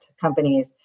companies